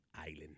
island